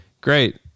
great